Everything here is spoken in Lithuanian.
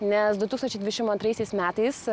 nes du tūkstančiai dvidešim antraisiais metais